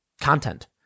content